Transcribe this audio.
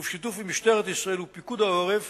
ובשיתוף עם משטרת ישראל ופיקוד העורף